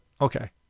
okay